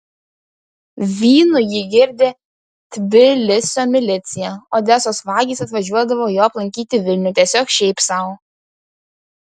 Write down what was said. vynu jį girdė tbilisio milicija odesos vagys atvažiuodavo jo aplankyti į vilnių tiesiog šiaip sau